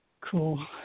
Cool